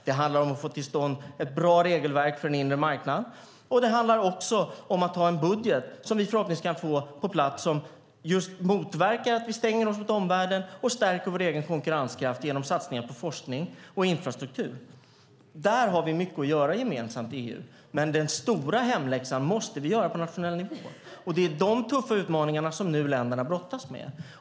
Det handlar om att få till stånd ett bra regelverk för den inre marknaden. Det handlar också om att ha en budget som vi förhoppningsvis kan få på plats, som just motverkar att vi stänger oss mot omvärlden och som stärker vår egen konkurrenskraft genom satsningar på forskning och infrastruktur. Där har vi mycket att göra gemensamt i EU, men den stora hemläxan måste vi göra på nationell nivå. Det är de tuffa utmaningar som länderna nu brottas med.